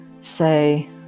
say